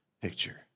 picture